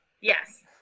Yes